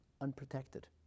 unprotected